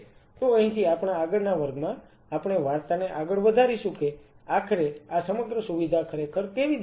તો અહીંથી આપણા આગળના વર્ગમાં આપણે વાર્તાને આગળ વધારીશું કે આખરે આ સમગ્ર સુવિધા ખરેખર કેવી દેખાશે